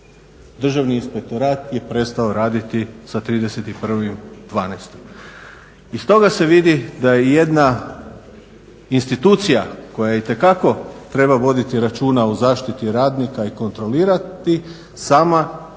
Državni inspektorat je prestao raditi sa 31.12.? Iz toga se vidi da je jedna institucija koja itekako treba voditi računa o zaštiti radnika i kontrolirati sama se